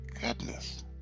goodness